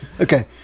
okay